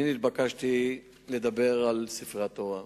אני נתבקשתי לדבר על ספרי התורה,